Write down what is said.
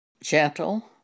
gentle